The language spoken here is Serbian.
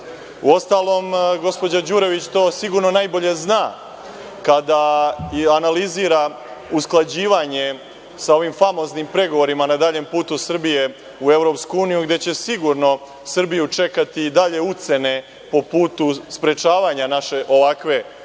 Srbiji. Uostalom, gospođa Đurović to sigurno najbolje zna kada analizira usklađivanje sa ovim famoznim pregovorima na daljem putu Srbije u EU, gde će sigurno Srbiju čekati i dalje ucene po putu sprečavanja naše ovakve ili